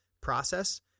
process